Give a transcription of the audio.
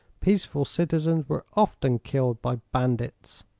peaceful citizens were often killed by bandits.